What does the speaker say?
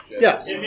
Yes